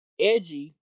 Edgy